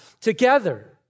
together